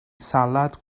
salad